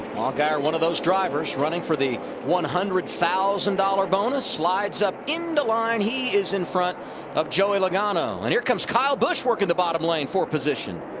allgaier one of those drivers, running for the one hundred thousand dollars bonus slides up into line. he is in front of joey logano. and here comes kyle busch working the bottom lane for position.